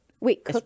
Wait